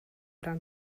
ran